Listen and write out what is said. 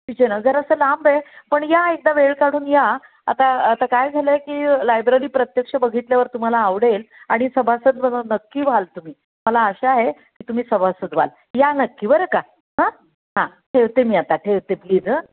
विजयनगर असं लांब आहे पण या एकदा वेळ काढून या आता आता काय झालं आहे की लायब्ररी प्रत्यक्ष बघितल्यावर तुम्हाला आवडेल आणि सभासद व नक्की व्हाल तुम्ही मला आशा आहे की तुम्ही सभासद व्हाल या नक्की बरं का हां हां ठेवते मी आता ठेवते प्लीज हं